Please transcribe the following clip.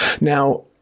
now